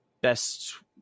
Best